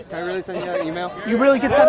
i really send you an email? you really can